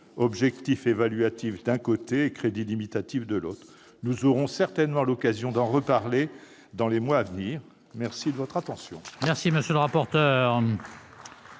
-objectifs évaluatifs d'un côté, crédits limitatifs de l'autre. Nous aurons certainement l'occasion d'en reparler dans les mois à venir. La parole est